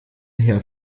herr